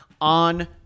on